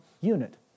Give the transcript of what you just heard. unit